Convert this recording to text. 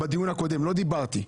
בדיון הקודם לא דיברתי.